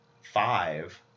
Five